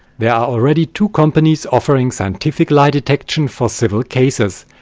there are already two companies offering scientific lie detection for civil cases,